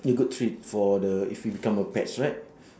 feel good treat for the if you become a pets right